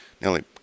Nearly